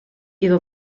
iddo